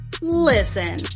Listen